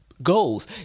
Goals